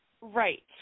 Right